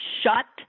shut